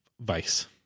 Vice